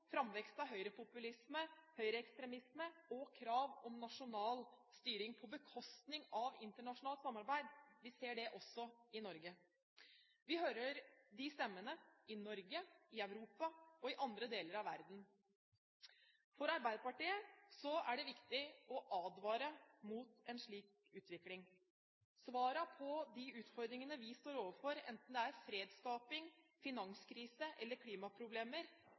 framvekst av høyrepopulisme, høyreekstremisme og krav om nasjonal styring på bekostning av internasjonalt samarbeid. Vi ser det også i Norge. Vi hører disse stemmene i Norge, i Europa og i andre deler av verden. For Arbeiderpartiet er det viktig å advare mot en slik utvikling. Svarene på de utfordringene vi står overfor, enten det er fredsskaping, finanskrise eller klimaproblemer,